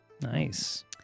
Nice